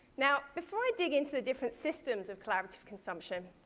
now before i dig into the different systems of collaborative consumption,